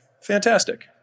Fantastic